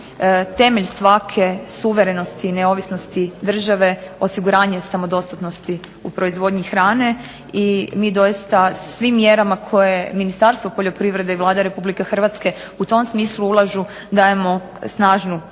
temelj svake suverenosti i neovisnosti države osiguranje samodostatnosti u proizvodnji hrane, i mi doista svim mjerama koje Ministarstvo poljoprivrede i Vlada Republike Hrvatske u tom smislu ulažu, dajemo snažnu potporu.